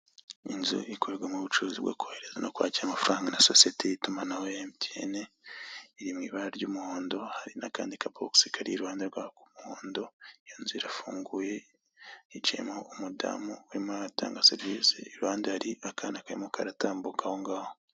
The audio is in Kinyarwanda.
Inzu ikorerwamo ikorerwamo ubucuruzi bwo kohereza no kwakira amafaranga na sosiyete y'itumanaho ya MTN iri mu ibara ry'umuhondo hari n'akandi kabokisi kari iruhande rwabo k'umuhondo inzu irafunguye hicayemo umudamu urimo uratanga serivise iruhande hari akana karimo karatambuka aho ngaho.